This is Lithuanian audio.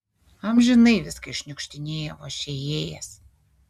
amžinai viską iššniukštinėja vos čia įėjęs